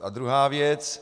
A druhá věc.